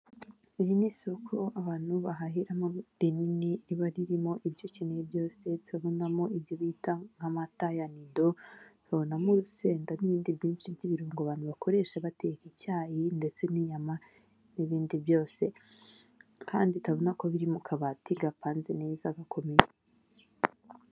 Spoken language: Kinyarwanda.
Iri ni isoko abantu bahahiramo rinini riba ririmo ibyo ukeneye byose, ndetse urabonamo ibyo bita nk'amata ya nido urabonamo urusenda n'ibindi byinshi by'ibirungo abantu bakoresha bateka icyayi, ndetse n'inyama n'ibindi byose kandi urabona ko biri mu kabati gapanze neza gakomeye.